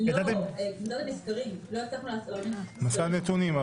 ידעתם --- לא הצלחנו לאסוף נתונים.